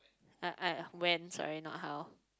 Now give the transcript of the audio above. I I when sorry not how